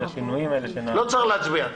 לא צריך להצביע.